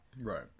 right